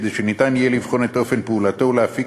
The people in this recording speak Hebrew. כדי שניתן יהיה לבחון את אופן פעולתו ולהפיק